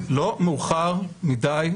לא מאוחר מדי,